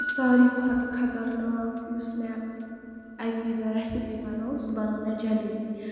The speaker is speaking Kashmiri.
ساروی کھۄتہٕ خَطرناک یُس مےٚ اَکہِ وِزِ ریسپی بَنٲو سُہ بَنٲو مےٚ جَلیبی